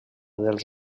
dels